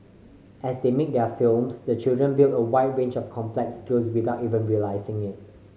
as they made their films the children build a wide range of complex skills without even realising it